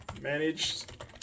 Managed